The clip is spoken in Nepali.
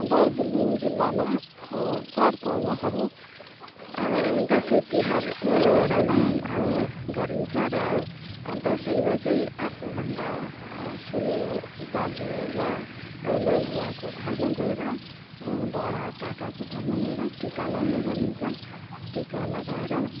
दार्जिलिङ्ग जिल्लामा चाड पर्वहरू दसैँ तिहार मनाएर नै गरिन्छ र दसैँमा चाहिँ आफूभन्दा ठुलो दाजु वा आमा बुवाको घरमा गएर बढा काकाको घरमा गोएर टिका लाउने गरिन्छ टिका लगाएर